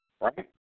right